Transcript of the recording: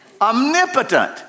omnipotent